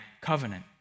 covenant